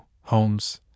Holmes